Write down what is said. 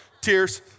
tears